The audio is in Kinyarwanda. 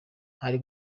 hari